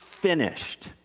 Finished